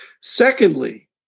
Secondly